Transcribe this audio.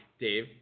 Dave